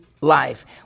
life